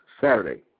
Saturday